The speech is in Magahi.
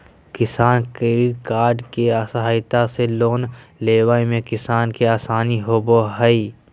किसान क्रेडिट कार्ड के सहायता से लोन लेवय मे किसान के आसानी होबय हय